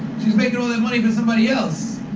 she's making all that money for somebody else